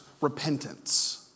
repentance